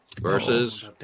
Versus